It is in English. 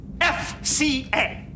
F-C-A